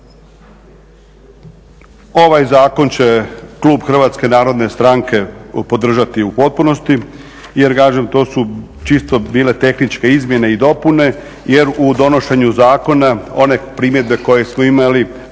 Ovaj zakon će klub Hrvatske narodne stranke podržati u potpunosti, jer kažem to su čisto bile tehničke izmjene i dopune. Jer u donošenju zakona one primjedbe koje smo imali